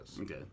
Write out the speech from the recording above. Okay